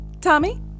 Tommy